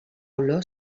olor